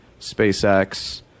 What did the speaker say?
SpaceX